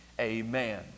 Amen